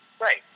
Right